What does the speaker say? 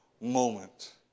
Moment